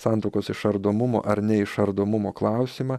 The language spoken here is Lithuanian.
santuokos išardomumo ar neišardomumo klausimą